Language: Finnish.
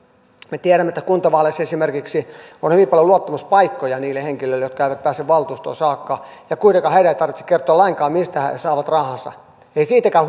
me tiedämme että esimerkiksi kuntavaaleissa on hyvin paljon luottamuspaikkoja niille henkilöille jotka eivät pääse valtuustoon saakka ja kuitenkaan heidän ei tarvitse kertoa lainkaan mistä he saavat rahansa ei siitäkään